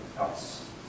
else